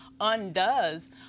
undoes